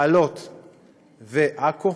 מעלות ועכו,